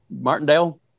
Martindale